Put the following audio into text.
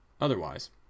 otherwise